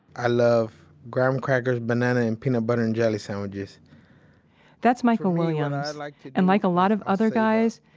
i love graham crackers, banana and peanut butter and jelly sandwiches that's michael williams, like and like a lot of other guys,